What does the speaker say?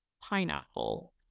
pineapple